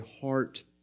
heart